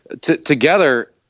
together